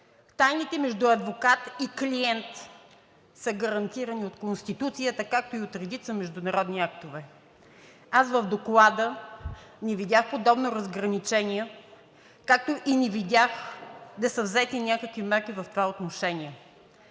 Тайните между адвокат и клиент са гарантирани от Конституцията, както и от редица международни актове. Аз в Доклада не видях подобно разграничение, както и не видях да са взети някакви мерки в това отношение.